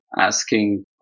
asking